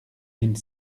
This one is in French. mille